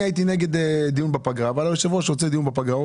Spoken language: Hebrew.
אני הייתי נגד דיון בפגרה אבל היושב-ראש רוצה דיון בפגרה.